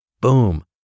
Boom